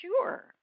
sure